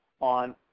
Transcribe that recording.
on